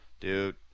Dude